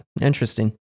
Interesting